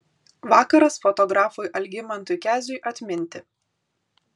vakaras fotografui algimantui keziui atminti